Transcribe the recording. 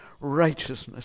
righteousness